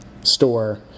store